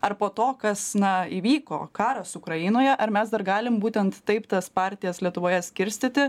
ar po to kas na įvyko karas ukrainoje ar mes dar galim būtent taip tas partijas lietuvoje skirstyti